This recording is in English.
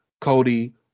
Cody